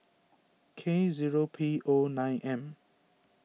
K zero P O nine M